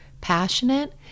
passionate